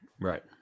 Right